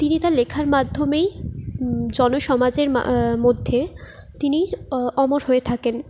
তিনি তার লেখার মাধ্যমেই জনসমাজের মধ্যে তিনি অমর হয়ে থাকেন